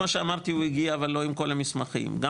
אנחנו ברגע שמקבלים ממשק ממשרד הקליטה משלמים.